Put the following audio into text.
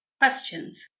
questions